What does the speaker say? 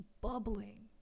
bubbling